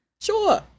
Sure